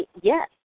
yes